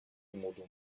umudum